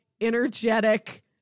energetic